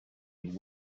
you